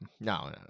no